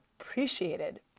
appreciated